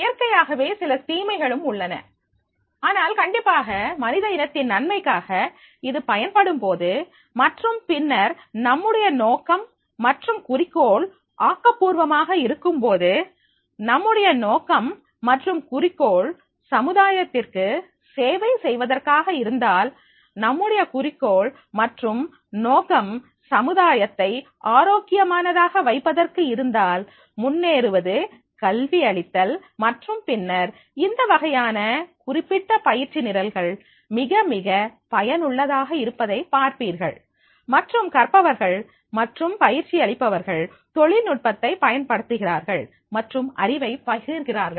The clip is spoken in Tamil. இயற்கையாகவே சில தீமைகளும் உள்ளன ஆனால் கண்டிப்பாக மனித இனத்தின் நன்மைக்காக இது பயன்படும் போது மற்றும் பின்னர் நம்முடைய நோக்கம் மற்றும் குறிக்கோள் ஆக்கப்பூர்வமாக இருக்கும் போது நம்முடைய நோக்கம் மற்றும் குறிக்கோள் சமுதாயத்திற்கு சேவை செய்வதற்காக இருந்தால் நம்முடைய குறிக்கோள் மற்றும் நோக்கம் சமுதாயத்தை ஆரோக்கியமானதாக வைப்பதற்கு இருந்தால் முன்னேறுவது கல்வி அளித்தல் மற்றும் பின்னர் இந்த வகையான குறிப்பிட்ட பயிற்சி நிரல்கள் மிக மிக பயனுள்ளதாக இருப்பதைப் பார்ப்பீர்கள் மற்றும் கற்பவர்கள் மற்றும் பயிற்சி அளிப்பவர்கள் தொழில்நுட்பத்தை பயன் படுத்துகிறார்கள் மற்றும் அறிவை பகிர்கிறார்கள்